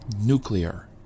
nuclear